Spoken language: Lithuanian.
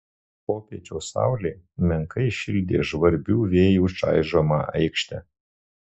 popiečio saulė menkai šildė žvarbių vėjų čaižomą aikštę